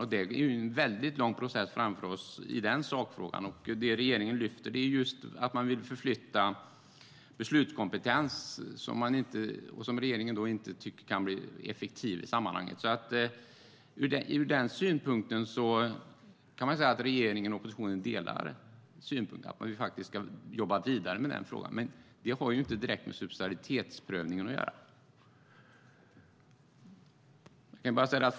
Där har vi en väldigt lång process framför oss. Det regeringen lyfter fram är just att man vill förflytta beslutskompetens, som regeringen inte tycker kan bli effektiv i sammanhanget. Ur den synvinkeln kan man säga att regeringen och oppositionen delar ståndpunkten att man ska jobba vidare med den frågan, men detta har inte direkt med subsidiaritetsprövningen att göra.